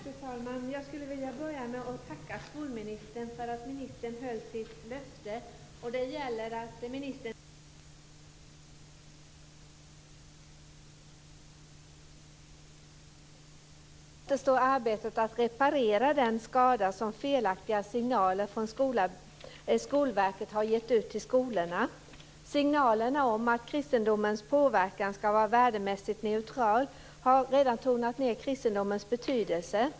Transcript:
Fru talman! Jag skulle vilja börja med att tacka skolministern för att hon höll sitt löfte och lyssnade på synpunkterna när det gällde ämnet religionskunskap och förde tillbaka kristendomen i kursplanen. Nu återstår arbetet att reparera skadan efter de felaktiga signaler som Skolverket skickat till skolorna. Signalerna om att kristendomens påverkan ska vara värdemässigt neutral har redan tonat ned kristendomens betydelse.